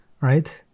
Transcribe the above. right